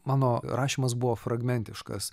mano rašymas buvo fragmentiškas